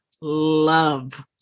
love